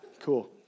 Cool